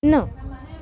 न